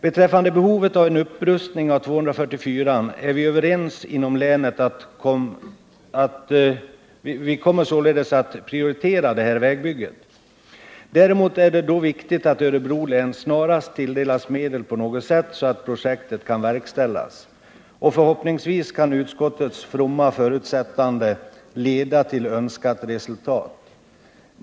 Beträffande behovet av en upprustning av väg 244 är vi överens inom länet. Vi kommer således att prioritera detta vägbygge. Däremot är det då viktigt att Örebro län snarast tilldelas medel på något sätt, så att projektet kan genomföras. Förhoppningsvis kan utskottets fromma förutsättande leda till önskat resultat.